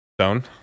Stone